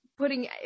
putting